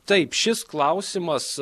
taip šis klausimas